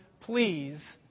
please